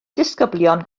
disgyblion